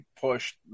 pushed